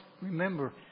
remember